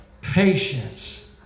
patience